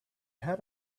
had